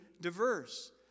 diverse